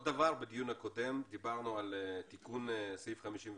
בדיון הקודם דיברנו על תיקון סעיף 58